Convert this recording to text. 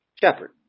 shepherd